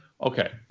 Okay